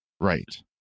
right